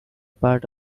part